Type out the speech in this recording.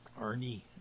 Arnie